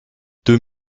deux